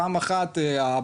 פעם אחת למשל,